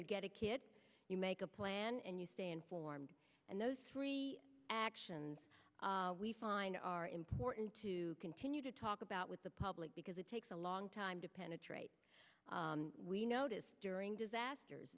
you get a kid you make a plan and you stay informed and those three actions we find are important to continue to talk about with the public because it takes a long time to penetrate we noticed during disasters